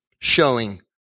showing